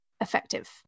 effective